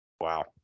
Wow